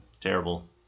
terrible